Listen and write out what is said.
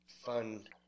fun